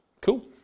Cool